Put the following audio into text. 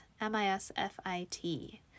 M-I-S-F-I-T